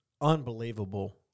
unbelievable